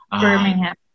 Birmingham